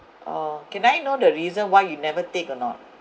or can I know the reason why you never take or not